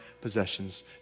possessions